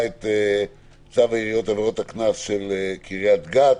את צו העיריות, עבירות הקנס של קריית גת,